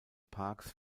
parks